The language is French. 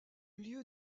lieu